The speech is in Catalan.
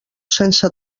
sense